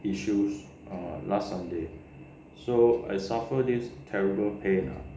issues err last sunday so I suffer this terrible pain ah